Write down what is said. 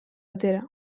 atera